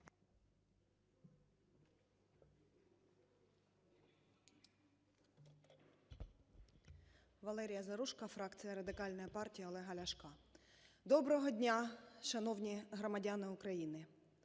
Доброго дня, шановні громадяни України!